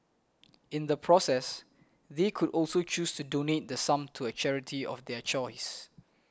in the process they could also choose to donate the sum to a charity of their choice